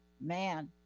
man